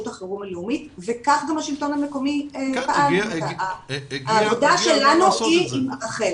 החירום הלאומית וכך גם השלטון המקומי- -- העבודה שלנו היא עם רח"ל.